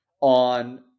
on